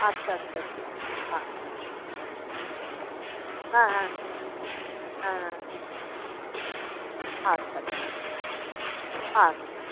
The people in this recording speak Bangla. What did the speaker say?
আচ্ছা আচ্ছা আচ্ছা হ্যাঁ হ্যাঁ হ্যাঁ হ্যাঁ হ্যাঁ হ্যাঁ আচ্ছা আচ্ছা আচ্ছা